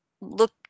look